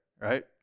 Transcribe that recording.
right